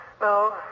No